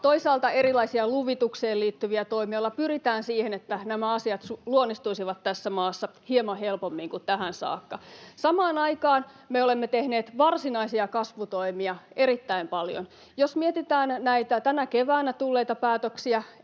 toisaalta erilaisia luvitukseen liittyviä toimia, joilla pyritään siihen, että nämä asiat luonnistuisivat tässä maassa hieman helpommin kuin tähän saakka. Samaan aikaan me olemme tehneet varsinaisia kasvutoimia erittäin paljon. Jos mietitään näitä tänä keväänä tulleita päätöksiä,